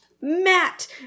Matt